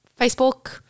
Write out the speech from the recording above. Facebook